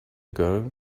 girl